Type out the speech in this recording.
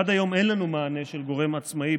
עד היום אין לנו מענה של גורם עצמאי,